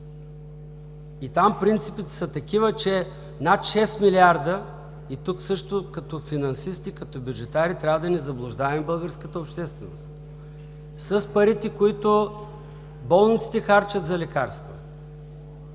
И там принципите са такива, че над 6 милиарда, и тук също като финансисти, като бюджетари, не трябва да заблуждаваме българската общественост с парите, които болниците харчат за лекарства.